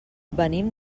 venim